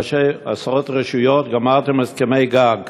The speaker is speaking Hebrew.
רשויות גמרתם הסכמי גג.